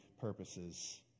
purposes